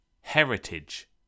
heritage